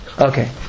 Okay